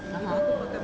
(uh huh)